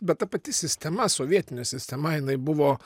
bet ta pati sistema sovietinė sistema jinai buvo